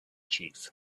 chief